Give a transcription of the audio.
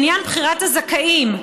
בעניין בחירת הזכאים,